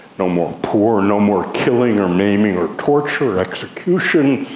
no more poor, no more killing or maiming or torture, execution,